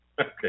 Okay